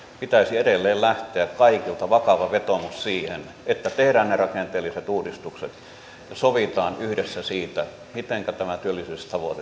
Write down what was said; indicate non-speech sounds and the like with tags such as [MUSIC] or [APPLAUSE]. pitäisi edelleen lähteä kaikilta vakava vetoomus siihen että tehdään ne rakenteelliset uudistukset ja sovitaan yhdessä siitä mitenkä tämä työllisyystavoite [UNINTELLIGIBLE]